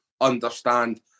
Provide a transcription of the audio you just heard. understand